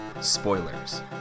spoilers